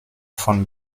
von